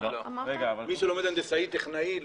לא, מי שלומד הנדסאי טכנאי לא.